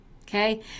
okay